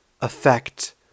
affect